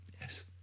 yes